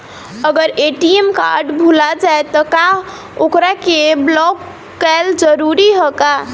अगर ATM card भूला जाए त का ओकरा के बलौक कैल जरूरी है का?